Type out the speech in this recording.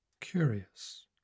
Curious